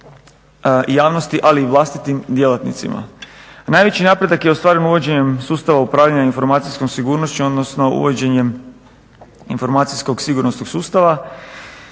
javnosti ali i vlastitim djelatnicima. Najveći napredak je ostvaren uvođenjem sustava upravljanja informacijskom sigurnošću odnosno uvođenjem informacijskog sigurnosnog sustava